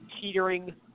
teetering